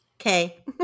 okay